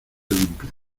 limpia